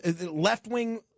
left-wing